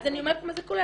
אז אני אומרת מה זה כולל.